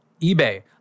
eBay